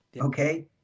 okay